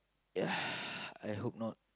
ya I hope not